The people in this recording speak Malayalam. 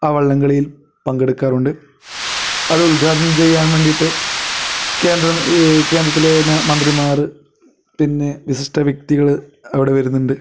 ആ വള്ളം കളിയിൽ പങ്കെടുക്കാറുണ്ട് അത് ഉത്ഘാടനം ചെയ്യാൻ വേണ്ടിയിട്ട് കേന്ദ്രം കേന്ദ്രത്തിൽ തന്നെ മന്ത്രിമാർ പിന്നെ വിശിഷ്ട വ്യക്തികൾ അവിടെ വരുന്നുണ്ട്